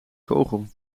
kogel